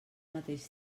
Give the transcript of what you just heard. mateix